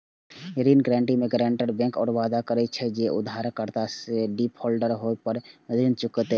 ऋण गारंटी मे guarantor bank सं वादा करे छै, जे उधारकर्ता के डिफॉल्टर होय पर ऊ ऋण चुकेतै